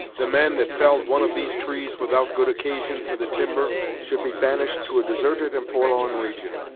the man that felled one of these trees without good occasion for the timber, should be banished to a desarted and forlorn region,